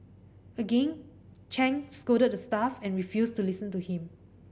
again Chang scolded the staff and refused to listen to him